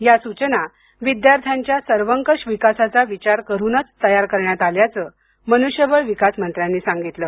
या सूचना विद्यार्थ्यांच्या सर्वकष विकासाचा विचार करूनच तयार करण्यात आल्याचं मनुष्यबळ विकास मंत्र्यांनी सांगितलं